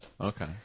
Okay